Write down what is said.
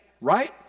right